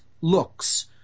looks